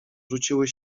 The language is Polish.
rzuciły